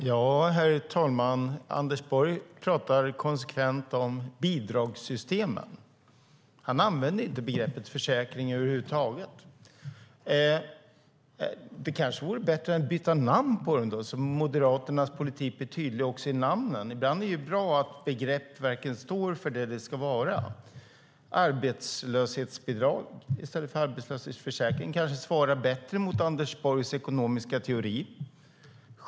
Herr talman! Anders Borg talar konsekvent om bidragssystemen. Han använder inte begreppet försäkring över huvud taget. Det kanske vore bättre att byta namn på systemen, så att Moderaternas politik blir tydlig också i namnen. Ibland är det bra att begrepp verkligen står för det som de handlar om. Arbetslöshetsbidrag i stället för arbetslöshetsförsäkring kanske svarar bättre mot Anders Borgs ekonomiska teori.